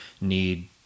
need